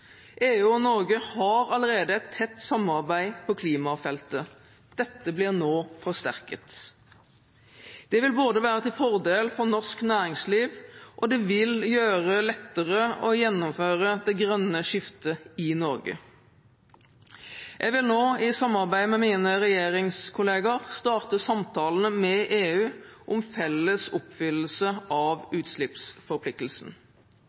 EU og Norge har allerede et tett samarbeid på klimafeltet. Dette blir nå forsterket. Det vil være til fordel for norsk næringsliv, og det vil gjøre det lettere å gjennomføre det grønne skiftet i Norge. Jeg vil nå i samarbeid med mine regjeringskollegaer starte samtalene med EU om felles oppfyllelse av utslippsforpliktelsen.